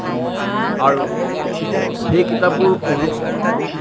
আৰু সেই কিতাপবোৰ পঢ়োঁ